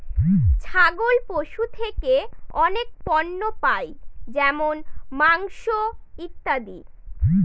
ছাগল পশু থেকে অনেক পণ্য পাই যেমন মাংস, ইত্যাদি